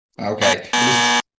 okay